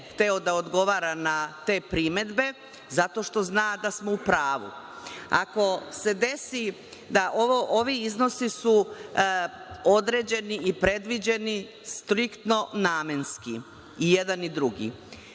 hteo da odgovora na te primedbe zato što zna da smo u pravu. Ovi iznosi su određeni i predviđeni striktno namenski i jedan i drugi.